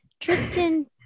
Tristan